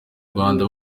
rwanda